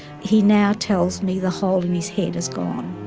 he now tells me the hole in his head has gone.